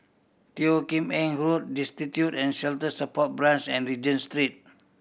Teo Kim Eng Road Destitute and Shelter Support Branch and Regent Street